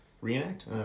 reenact